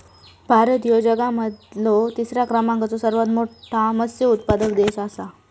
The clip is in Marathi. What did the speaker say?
भारत ह्यो जगा मधलो तिसरा क्रमांकाचो सर्वात मोठा मत्स्य उत्पादक देश आसा